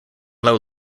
low